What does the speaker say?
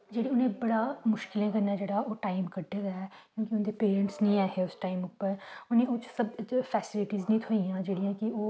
जेह्ड़े उ'नें बड़ा मुश्कलें कन्नै जेह्ड़ा ओह् टाइम कड्डे दा ऐ क्यूंकि उं'दे जेह्ड़े पेरेंट्स निं ऐ हे उस टाइम उप्पर उनेंगी ओह् फैसिलिटिस नेईं थ्होइयां जेह्ड़ियां कि ओह्